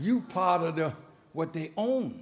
you probably know what they own